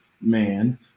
man